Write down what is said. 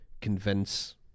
convince